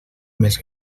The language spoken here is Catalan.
més